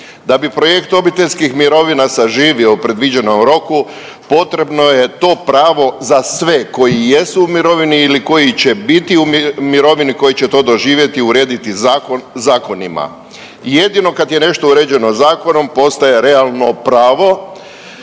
Da bi projekt obiteljskih mirovina saživio u predviđenom roku potrebno je to pravo za sve koji jesu u mirovini ili koji će biti u mirovini, koji će to doživjeti, urediti zakonima. Jedino kada je nešto uređeno zakonom postaje realno pravo,